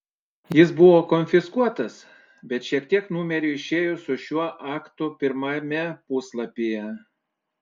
jis buvo konfiskuotas bet šiek tiek numerių išėjo su šiuo aktu pirmame puslapyje